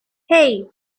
hey